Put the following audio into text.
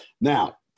Now